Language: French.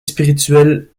spirituelle